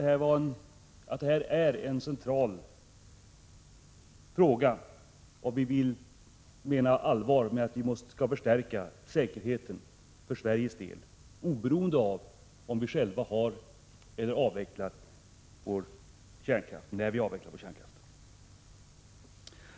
Detta är en central fråga, om vi menar allvar med att vi skall förstärka säkerheten för Sveriges del, oberoende av om vi själva har avvecklat vår kärnkraft eller inte.